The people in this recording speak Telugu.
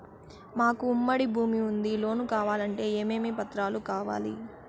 మాకు ఉమ్మడి భూమి ఉంది లోను కావాలంటే ఏమేమి పత్రాలు కావాలి?